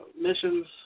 missions